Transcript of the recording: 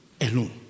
alone